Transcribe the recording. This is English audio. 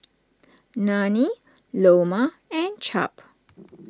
Nanie Loma and Cap